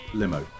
limo